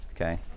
okay